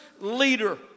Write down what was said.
leader